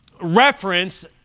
reference